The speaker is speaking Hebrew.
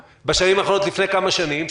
לפני כמה שנים,